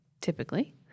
typically